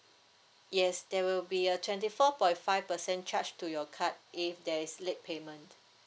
yes there will be a twenty four point five percent charge to your card if there is late payment